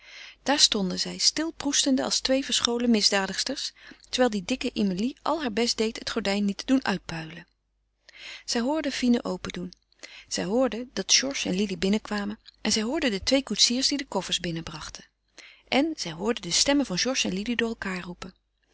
daar stonden zij stil proestende als twee verscholen misdadigsters terwijl de dikke emilie al haar best deed het gordijn niet te doen uitpuilen zij hoorden fine open doen zij hoorden dat georges en lili binnenkwamen en zij hoorden de twee koetsiers die de koffers binnenbrachten en zij hoorden de stemmen van georges en lili door elkaâr roepen